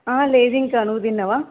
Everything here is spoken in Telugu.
లేదు ఇంకా నువ్వు తిన్నావా